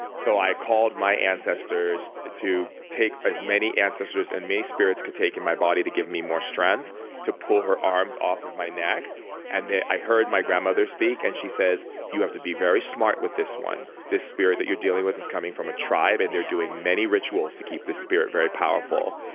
so i called my ancestors to take as many ancestors and many spirits could take in my body to give me more strength to pull her arms off of my neck then, i heard my grandmother speak and she says, you have to be very smart with this one. this spirit that you're dealing with is coming from a tribe and they're doing many rituals to keep this spirit very powerful.